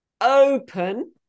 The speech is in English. open